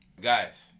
Guys